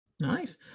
Nice